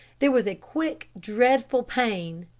there was a quick, dreadful pain,